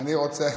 דבר ראשון,